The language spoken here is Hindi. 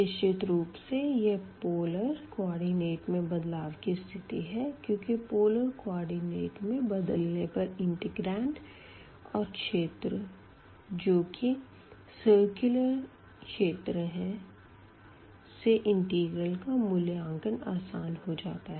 निश्चित रूप से यह पोलर कोऑर्डिनेट में बदलाव की स्थिति है क्यूँकि पोलर कोऑर्डिनेट में बदलने पर इंटिग्रांड और क्षेत्र जो की सिरकुलर क्षेत्रों से घिरा है से इंटिग्रल का मूल्यांकन आसान हो जाता है